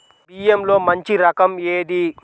బియ్యంలో మంచి రకం ఏది?